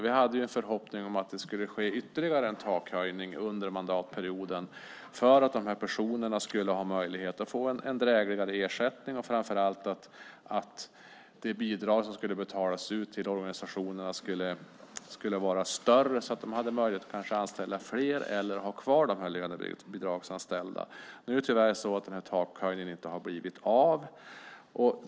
Vi hade en förhoppning att det skulle ske ytterligare en takhöjning under mandatperioden för att de här personerna skulle få möjlighet till en drägligare ersättning och framför allt att det bidrag som skulle betalas ut till organisationerna skulle vara större så att de hade möjlighet att anställa fler eller ha kvar de lönebidragsanställda. Tyvärr har den takhöjningen inte blivit av.